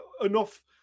enough